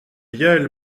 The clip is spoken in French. yaël